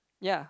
ya